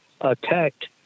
attacked